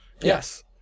yes